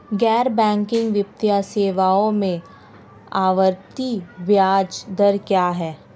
गैर बैंकिंग वित्तीय सेवाओं में आवर्ती ब्याज दर क्या है?